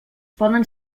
poden